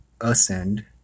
ascend